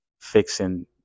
fixing